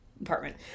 apartment